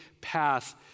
path